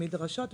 מדרשות וישיבות.